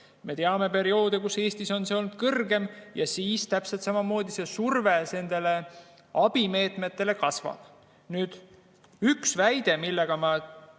Me teame perioode, kus Eestis on see olnud kõrgem ja siis on täpselt samamoodi surve nendele abimeetmetele kasvanud. Ühe teie väitega ma